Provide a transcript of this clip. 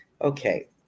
Okay